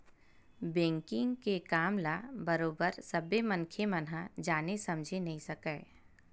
banking के काम ल बरोबर सब्बे मनखे मन ह जाने समझे नइ सकय